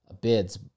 bids